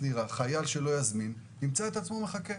חייל שלא יזמין, ימצא את עצמו מחכה.